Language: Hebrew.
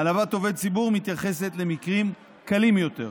העלבת עובד ציבור מתייחסת למקרים קלים יותר.